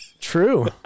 true